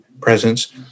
presence